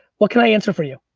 what can i answer for you?